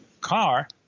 car